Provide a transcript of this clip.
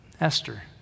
Esther